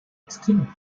extinct